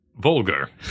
vulgar